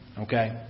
Okay